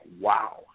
wow